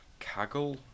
Kaggle